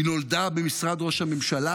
היא נולדה במשרד ראש הממשלה,